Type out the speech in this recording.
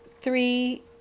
three